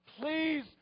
Please